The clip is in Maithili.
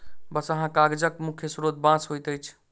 बँसहा कागजक मुख्य स्रोत बाँस होइत अछि